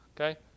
Okay